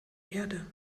erde